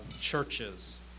churches